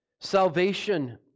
Salvation